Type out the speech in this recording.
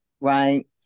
right